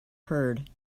heard